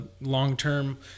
long-term